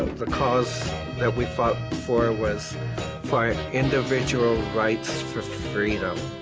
the cause that we fought for was for our individual rights for freedom.